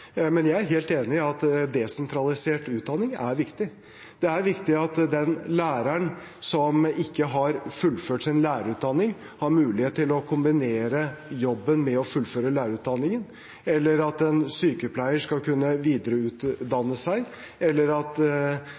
Men jeg er helt enig i at desentralisert utdanning er viktig. Det er viktig at den læreren som ikke har fullført sin lærerutdanning, har mulighet til å kombinere jobben med å fullføre lærerutdanningen, eller at en sykepleier skal kunne videreutdanne seg, eller at